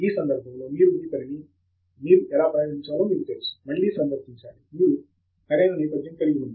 ఈ సందర్భంలో మీరు మీ పనిని మీరు ఎలా ప్రదర్శించాలో మీకు తెలుసు మళ్ళీ సందర్శించాలి మీరు సరైన నేపథ్యం కలిగివున్నారు